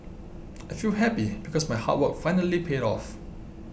I feel happy because my hard work finally paid off